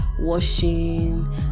Washing